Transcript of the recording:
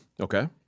Okay